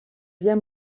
bien